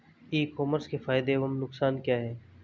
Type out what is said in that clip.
ई commerce के फायदे एवं नुकसान क्या हैं?